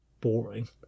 boring